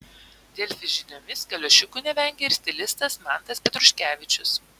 delfi žiniomis kaliošiukų nevengia ir stilistas mantas petruškevičius